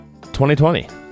2020